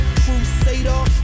crusader